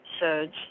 surge